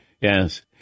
Yes